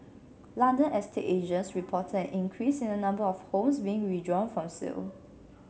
London estate agents reported an increase in the number of homes being withdrawn from sale